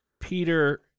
Peter